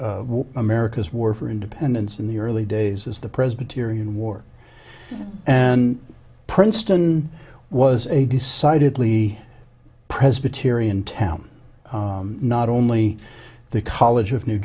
america's war for independence in the early days as the presbyterian war and princeton was a decidedly presbyterian town not only the college of new